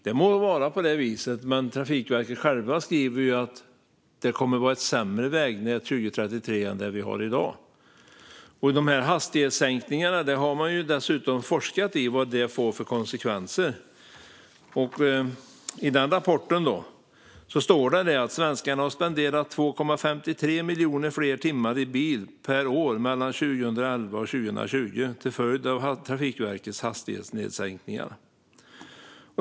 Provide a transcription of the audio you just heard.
Det må vara på det viset, men Trafikverket själva skriver att vägnätet kommer att vara sämre 2033 än det är i dag. Man har dessutom forskat om vad hastighetssänkningarna får för konsekvenser. I den rapporten står att svenskarna har spenderat 2,53 miljoner fler timmar i bil per år mellan 2011 och 2020 till följd av Trafikverkets hastighetssänkningar.